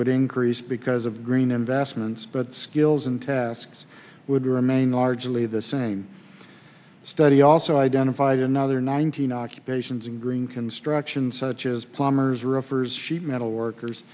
would increase because of green investments but skills and tasks would remain largely the same study also identified another nine thousand occupations in green construction such as plumbers roofers sheet metal workers